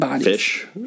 fish